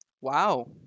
Wow